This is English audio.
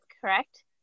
correct